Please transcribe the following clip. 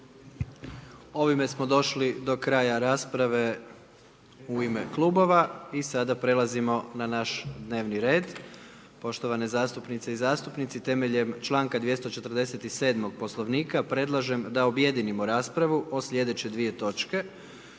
**Jandroković, Gordan (HDZ)** i sada prelazimo na naš dnevni red. Poštovane zastupnice i zastupnici temeljem 247., Poslovnika predlažem da objedinimo raspravu o sljedeće dvije točke,